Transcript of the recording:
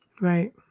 Right